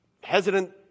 hesitant